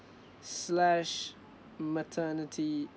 slash maternity